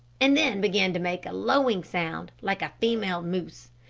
and then began to make a lowing sound like a female moose.